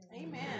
Amen